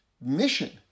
mission